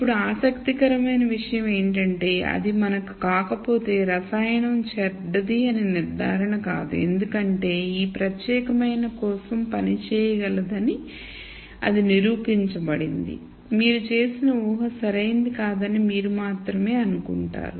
ఇప్పుడు ఆసక్తికరమైన విషయం ఏమిటంటే అది మనకు కాకపోతే రసాయనం చెడ్డది అని నిర్ధారణ కాదు ఎందుకంటే ఈ ప్రత్యేకమైన కేసు కోసం పని చేయగలదని నిరూపించబడింది మీరు చేసిన ఊహ సరైనది కాదని మీరు మాత్రమే అనుకుంటారు